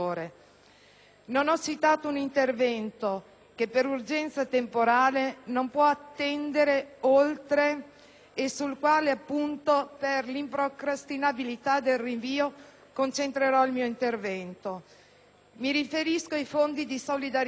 Non ho citato un intervento che per urgenza temporale non può attendere oltre e sul quale, proprio per la sua improcrastinabilità, concentrerò il mio intervento. Mi riferisco ai fondi di solidarietà